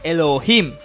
Elohim